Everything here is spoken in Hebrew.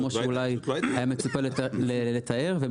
אני מציע שהוועדה תסייר ותראה על מה